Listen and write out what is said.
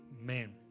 Amen